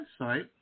website